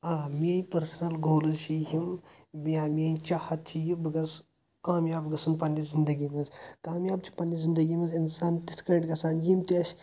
آ میٲنۍ personal goals چھِ یِم مےٚ میٲنۍ چاہت چھِ یہِ بہٕ گژھہٕ کامیاب گژھُن پننہِ زندگی منٛز کامیاب چھُ پننہِ زندگی منٛز انسان تِتھ کٲٹھۍ گژھان یِم تہِ اسہِ